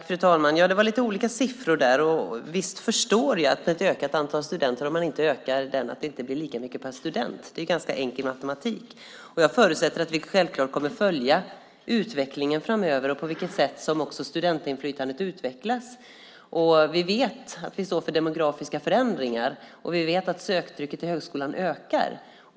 Fru talman! Det var lite olika siffror. Visst förstår jag att det inte blir lika mycket per student om det blir ett ökat antal studenter och man inte ökar stödet. Det är ganska enkel matematik. Jag förutsätter att vi självklart kommer att följa utvecklingen framöver och också se på vilket sätt som studentinflytandet utvecklas. Vi vet att vi står inför demografiska förändringar, och vi vet att söktrycket på högskolan ökar.